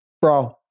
bro